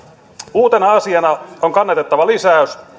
uutena asiana on kannatettava lisäys